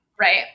right